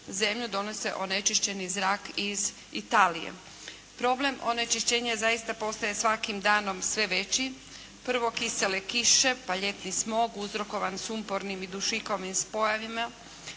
zemlju donose onečišćeni zrak iz Italije. Problem onečišćenja zaista postaje svakim danom sve većim. Prvo kisele kiše, pa ljetni smog uzrokovan sumpornim i dušikovim spojevima,